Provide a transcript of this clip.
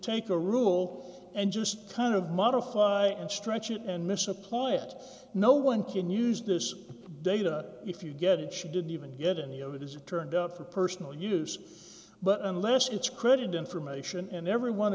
take a rule and just kind of modify and stretch it and misapply it no one can use this data if you get it she didn't even get any of it as it turned out for personal use but unless its credit information and everyone